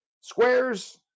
Squares